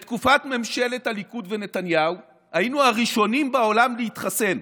בתקופת ממשלת הליכוד ונתניהו היינו הראשונים בעולם להתחסן.